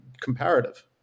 comparative